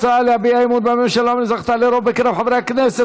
ההצעה להביע אי-אמון בממשלה אומנם זכתה לרוב בקרב חברי הכנסת